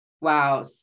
Wow